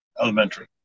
elementary